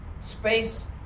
space